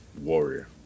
Warrior